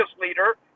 leader